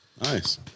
Nice